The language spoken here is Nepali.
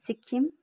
सिक्किम